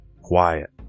quiet